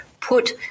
put